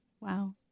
wow